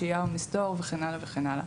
שהייה או מסתור וכן הלאה וכן הלאה.